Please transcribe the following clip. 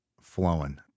flowing